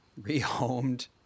Rehomed